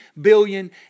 billion